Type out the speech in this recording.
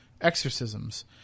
exorcisms